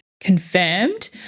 confirmed